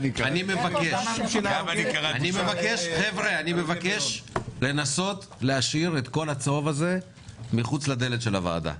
אני מבקש לנסות להשאיר את כל הצהוב הזה מחוץ לדלת הוועדה.